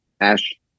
ash